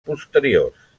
posteriors